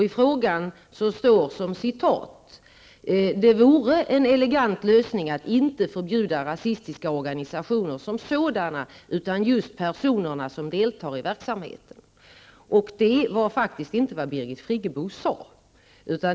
I frågan står som citat att ''det vore en elegant lösning att inte förbjuda rasistiska organisationer som sådana utan just personerna som deltar i verksamheten''. Det var faktiskt inte vad Birgit Friggebo sade.